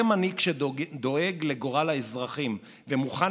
זה מנהיג שדואג לגורל האזרחים ומוכן